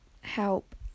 help